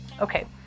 Okay